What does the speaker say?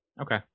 Okay